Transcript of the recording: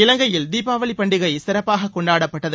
இலங்கையில் தீபாவளி பண்டிகை சிறப்பாக கொண்டாடப்பட்டது